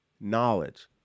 knowledge